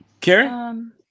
Karen